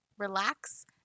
relax